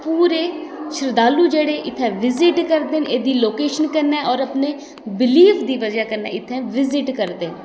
पूरे शरधालु जेह्डे़ इत्थें विजिट करदे न एह्दी लोकेशन कन्नै होर अपने बिलीफ दी बजह् कन्नै इत्थें विजिट करदे न